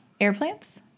Airplanes